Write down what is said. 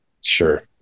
Sure